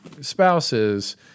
spouses